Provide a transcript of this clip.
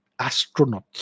astronauts